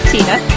Tina